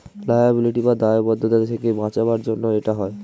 liability বা দায়বদ্ধতা থেকে বাঁচাবার জন্য এটা হয়